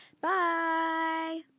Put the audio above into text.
Bye